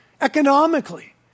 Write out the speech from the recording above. economically